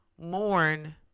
mourn